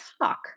talk